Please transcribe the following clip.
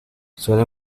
suele